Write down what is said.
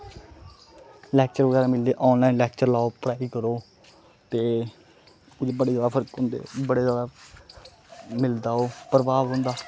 lecture बगैरा मिलदे online lecture लाओ पढ़ाई करो ते बड़े ज्यादा फर्क होंदे बड़े ज्यादा मिलदा ओह् प्रभाव होंदा